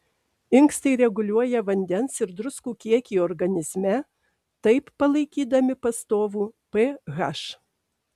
inkstai reguliuoja vandens ir druskų kiekį organizme taip palaikydami pastovų ph